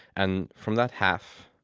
and from that half,